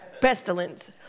Pestilence